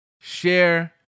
share